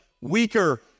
weaker